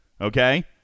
okay